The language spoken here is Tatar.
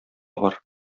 бар